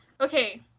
Okay